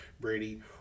Brady